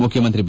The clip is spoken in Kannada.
ಮುಖ್ಯಮಂತ್ರಿ ಬಿ